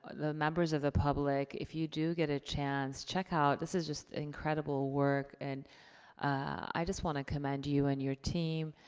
the members of the public, if you do get a chance, check out, this is just incredible work. and i just wanna commend you and your team.